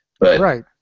Right